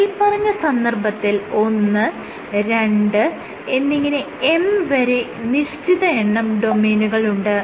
മേല്പറഞ്ഞ സന്ദർഭത്തിൽ ഒന്ന് രണ്ട് എന്നിങ്ങനെ M വരെ നിശ്ചിത എണ്ണം ഡൊമെയ്നുകളുണ്ട്